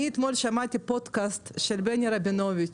אני אתמול שמעתי פודקאסט של בני רבינוביץ',